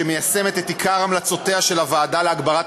שמיישמת את עיקר המלצותיה של הוועדה להגברת